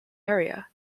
area